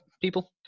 people